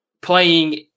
playing